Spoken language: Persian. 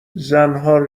زنها